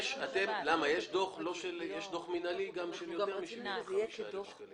יש דוח מינהלי של יותר מ-75,000 שקלים.